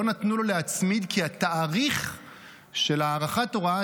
לא נתנו לו להצמיד כי התאריך של הארכת הוראת